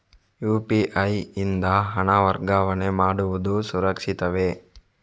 UPI ಯಿಂದ ಹಣ ವರ್ಗಾವಣೆ ಮಾಡುವುದು ಸುರಕ್ಷಿತವೇ?